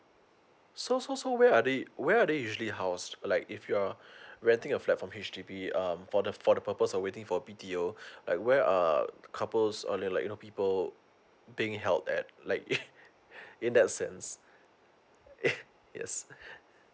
so so so where are they where are they usually house like if you are renting a flat from H_D_B um for the for the purpose of waiting for a b t o like where are couples or like you know people being held at like in that sense yes